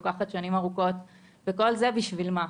היא לוקחת שנים ארוכות וכל זה בשביל מה?